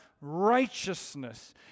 righteousness